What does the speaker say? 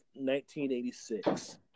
1986